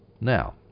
Now